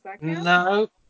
No